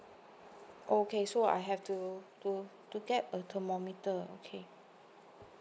okay so I have to to to get a thermometer okay